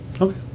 Okay